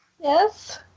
Yes